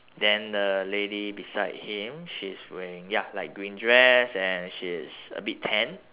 then the lady beside him she's wearing ya light green dress and she's a bit tan